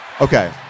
Okay